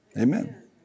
Amen